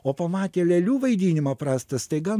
o pamatė lėlių vaidinimą prastą staiga